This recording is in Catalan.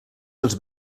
dels